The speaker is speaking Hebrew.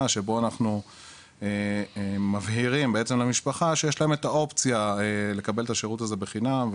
שבו אנחנו מבהירים למשפחה שיש לה את האופציה לקבל את השירות הזה בחינם.